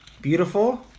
beautiful